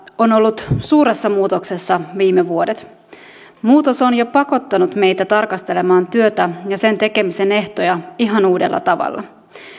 on ollut suuressa muutoksessa viime vuodet muutos on jo pakottanut meitä tarkastelemaan työtä ja sen tekemisen ehtoja ihan uudella tavalla